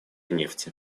нефти